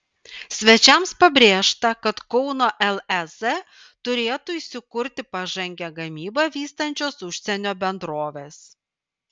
svečiams pabrėžta kad kauno lez turėtų įsikurti pažangią gamybą vystančios užsienio bendrovės